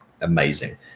amazing